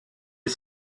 est